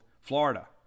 Florida